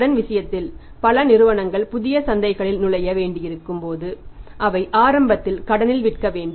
அந்த விஷயத்தில் பல நிறுவனங்கள் புதிய சந்தைகளில் நுழைய வேண்டியிருக்கும் போது அவை ஆரம்பத்தில் கடனில் விற்க வேண்டும்